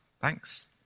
thanks